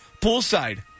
poolside